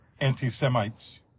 anti-Semites